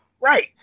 Right